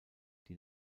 die